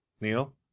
Neil